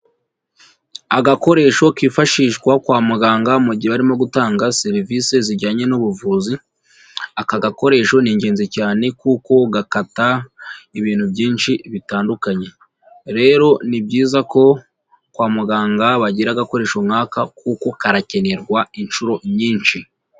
Agakoresho kifashishwa kwa muganga mu gihe barimo gutanga serivise zijyanye n'ubuvuzi, aka gakoresho ni ingenzi cyane kuko gakata ibintu byinshi bitandukanye, rero ni byiza ko kwa muganga bagira agakoresho nk'aka kuko karakenerwa inshuro nyinshi.